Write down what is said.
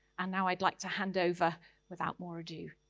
and now, i'd like to hand over without more ado,